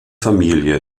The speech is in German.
familie